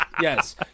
Yes